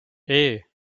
hey